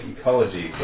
ecology